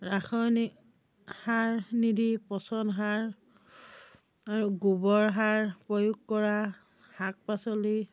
ৰাসায়নিক সাৰ নিদি পচন সাৰ আৰু গোবৰ সাৰ প্ৰয়োগ কৰা শাক পাচলি